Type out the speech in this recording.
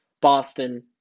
Boston